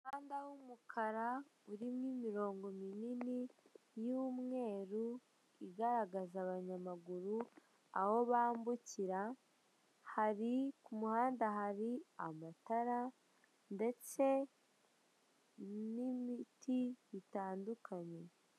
Umuhanda w'umukara urimo imirongo minini y'umweru igaragaza abanyamuguru aho bambukira hari, ku muhanda hari amatara ndetse n'ibiti bitandukanye.